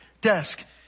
desk